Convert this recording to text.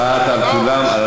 אחת על כולן.